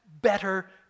better